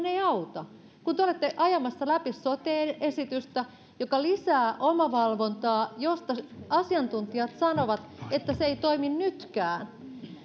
ei auta kun te olette ajamassa läpi sote esitystä joka lisää omavalvontaa josta asiantuntijat sanovat että se ei toimi nytkään